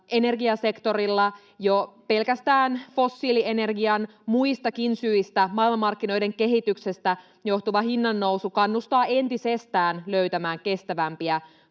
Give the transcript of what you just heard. energiasektorilla jo pelkästään fossiilienergian muistakin syistä, kuten maailmanmarkkinoiden kehityksestä, johtuva hinnannousu kannustaa entisestään löytämään kestävämpiä